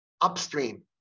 upstream